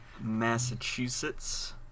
Massachusetts